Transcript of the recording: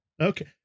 Okay